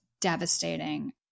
devastating